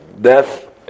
death